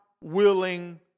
willing